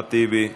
אחמד טיבי,